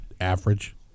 average